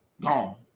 gone